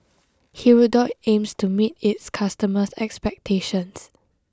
Hirudoid aims to meet its customers' expectations